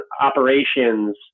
operations